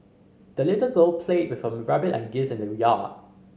the little girl played with her rabbit and geese in the yard